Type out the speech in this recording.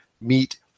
meet